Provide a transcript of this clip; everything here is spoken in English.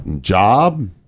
job